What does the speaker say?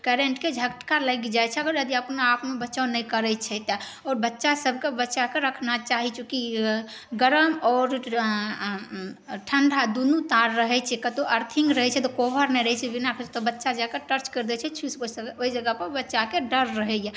करेन्टके झटका लागि जाइ छै अगर यदि अपना आपमे बचाव नहि करै छै तऽ आओर बच्चा सबके बचाके रखना चाही चूँकि गरम आओर ठण्डा दुनू तार रहै छै कतौ अर्थिंग रहै छै तऽ कोभर नहि रहै छै बिना किछु तऽ बच्चा जाकऽ टच करि दै छै स्विच ओहि सभ ओहि जगह पर बच्चाके डर रहैए